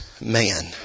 man